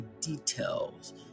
details